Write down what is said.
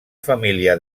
família